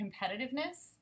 competitiveness